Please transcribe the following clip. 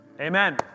Amen